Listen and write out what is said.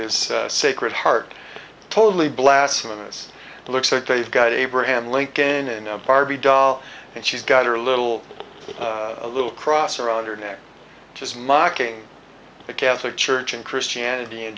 his sacred heart totally blasphemous it looks like they've got abraham lincoln in a party doll and she's got her little a little cross around her neck just mocking the catholic church and christianity in